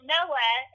Noah